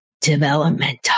developmental